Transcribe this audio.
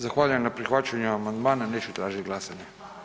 Zahvaljujem na prihvaćanju amandmana, neću tražit glasanje.